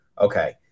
Okay